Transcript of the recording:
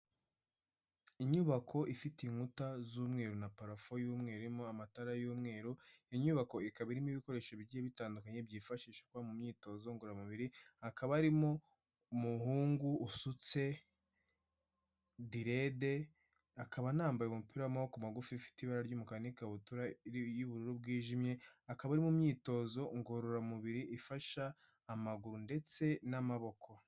Inyubako ifite inkuta z'umweru na parafo y'umweru, irimo amatara y'umweru. Inyubako ikaba irimo ibikoresho bigiye bitandukanye byifashishwa mu myitozo ngororamubiri, hakaba harimo umuhungu usutse direde akaba anambaye umupira w'amaboko magufi ufite ibara ry'umukara n'ikabutura y'ubururu bwijimye. Akaba iri mu myitozo ngororamubiri ifasha amaguru ndetse n'amaboko.